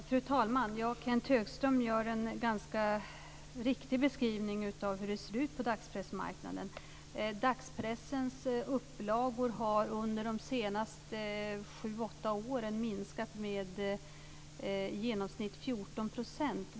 Fru talman! Kenth Högström ger en ganska riktig beskrivning av hur det ser ut på dagspressmarknaden. Dagspressens upplagor har under de senaste sju åtta åren minskat med i genomsnitt 14 %.